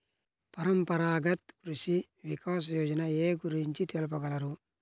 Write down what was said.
పరంపరాగత్ కృషి వికాస్ యోజన ఏ గురించి తెలుపగలరు?